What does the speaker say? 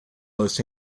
los